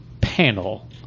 panel